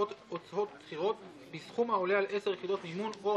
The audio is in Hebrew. אין מתנגדים או